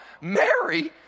Mary